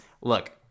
Look